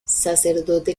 sacerdote